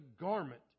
garment